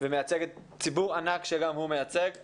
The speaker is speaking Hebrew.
ומייצג ציבור ענק שהוא מייצג אותו.